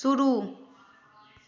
शुरू